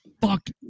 Fuck